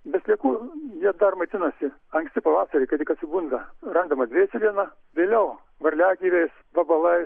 be sliekų jie dar maitinasi anksti pavasarį kai tik atsibunda randama dvėselėna vėliau varliagyviais vabalais